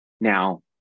Now